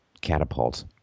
catapult